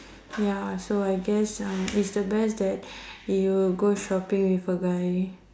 ya so I guess uh it's the best that you go shopping with a guy